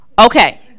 okay